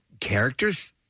characters